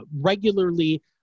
regularly